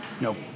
nope